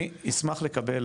אני אשמח לקבל